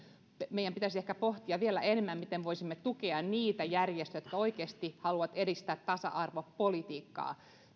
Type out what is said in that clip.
meidän pitäisi ehkä pohtia vielä enemmän miten voisimme tukea niitä järjestöjä jotka oikeasti haluavat edistää tasa arvopolitiikkaa